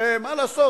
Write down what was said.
שמה לעשות?